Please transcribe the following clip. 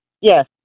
Yes